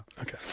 Okay